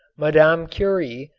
madame curie,